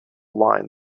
line